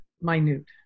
minute